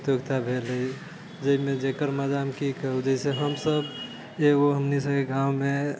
प्रतियोगिता भेलै जाहिमे जेकर मजामे की कहुँ जैसे हमसभ एगो हमनी सभके गाँवमे